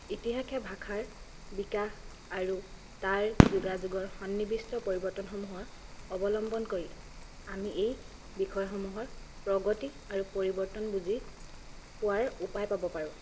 ইতিহাসে ভাষাৰ বিকাশ আৰু তাৰ যোগাযোগৰ সন্নিৱিষ্ট পৰিৱৰ্তনসমূহৰ অৱলম্বন কৰি আমি এই বিষয়সমূহৰ প্ৰগতি আৰু পৰিৱৰ্তন বুজি পোৱাৰ উপায় পাব পাৰোঁ